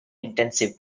intensive